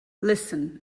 listen